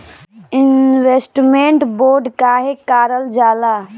Investment bond काहे कारल जाला?